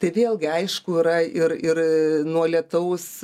tai vėlgi aišku yra ir ir nuo lietaus